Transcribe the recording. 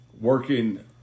working